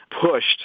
pushed